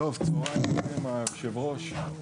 צוהריים טובים, היושב-ראש,